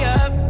up